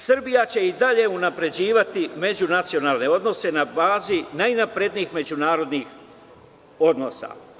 Srbija će i dalje unapređivati međunacionalne odnose na bazi najnaprednijih međunarodnih odnosa.